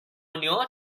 knew